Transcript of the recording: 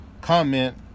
comment